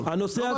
הנושא הזה